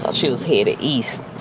she was headed east,